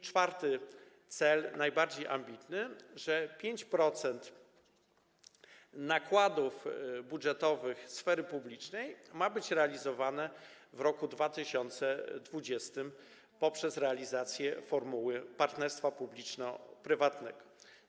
Czwarty cel, najbardziej ambitny - 5% nakładów budżetowych sfery publicznej ma być realizowane w roku 2020 poprzez realizację formuły partnerstwa publiczno-prywatnego.